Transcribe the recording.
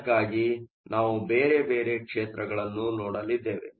ಅದಕ್ಕಾಗಿ ನಾವು ಬೇರೆ ಬೇರೆ ಕ್ಷೇತ್ರಗಳನ್ನು ನೋಡಲಿದ್ದೇವೆ